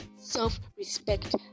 self-respect